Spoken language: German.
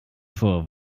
vor